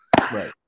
Right